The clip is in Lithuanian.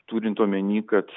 turint omeny kad